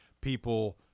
people